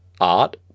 art